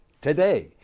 today